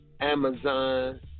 Amazon